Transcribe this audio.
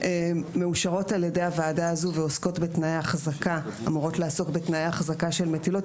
מאושרות על ידי הוועדה הזו ואמורות לעסוק בתנאי ההחזקה של מטילות.